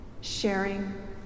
sharing